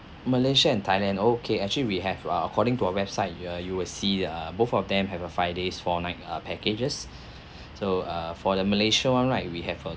malaysia and thailand okay actually we have uh according to our website uh you will see uh both of them have a five days four nights uh packages so uh for the malaysia [one] right we have a